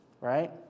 right